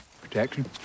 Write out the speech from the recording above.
Protection